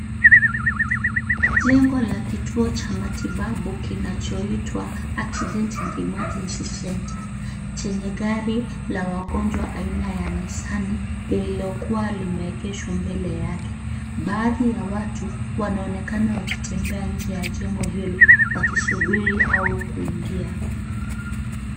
Jengo la kituo cha matibabu kinachoitwa Accidents & Emergency Centre chenye gari la wagonjwa aina ya Nissan lililokuwa limeegeshwa mbele yake. Baadhi ya watu, wanaonekana wakitembea nje ya jengo hilo wakisubiri au kuingia.